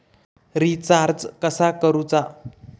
Recharge कसा करूचा?